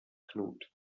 knut